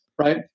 Right